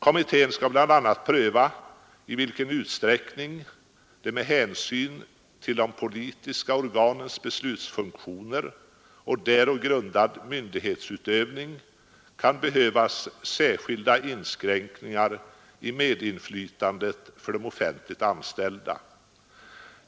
Kommittén skall bl.a. pröva i vilken utsträckning det med hänsyn till de politiska organens beslutsbefogenheter och därpå grundad myndighetsutövning kan behövas särskilda inskränkningar i medinflytandet för de offentligt anställda.